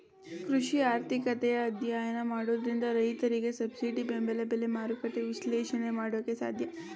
ಕೃಷಿ ಆರ್ಥಿಕತೆಯ ಅಧ್ಯಯನ ಮಾಡೋದ್ರಿಂದ ರೈತರಿಗೆ ಸಬ್ಸಿಡಿ ಬೆಂಬಲ ಬೆಲೆ, ಮಾರುಕಟ್ಟೆ ವಿಶ್ಲೇಷಣೆ ಮಾಡೋಕೆ ಸಾಧ್ಯ